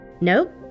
Nope